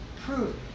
proof